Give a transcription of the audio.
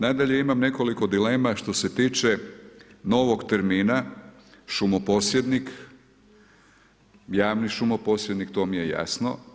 Nadalje imam nekoliko dilema što se tiče novog termina šumoposjednik, javni šumoposjednik, to mi je jasno.